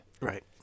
Right